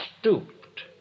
stooped